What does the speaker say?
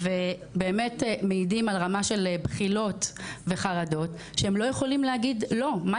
באמת מעידים על רמה של בחילות וחרדות שהם לא יכולים להגיד לא.